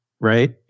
Right